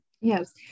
Yes